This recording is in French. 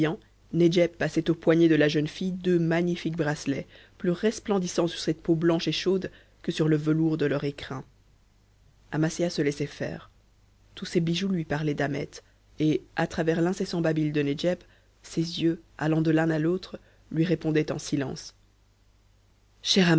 nedjeb passait aux poignets de la jeune fille deux magnifiques bracelets plus resplendissants sur cette peau blanche et chaude que sur le velours de leur écrin amasia se laissait faire tous ces bijoux lui parlaient d'ahmet et à travers l'incessant babil de nedjeb ses yeux allant de l'un à l'autre lui répondaient en silence